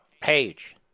Page